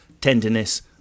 tenderness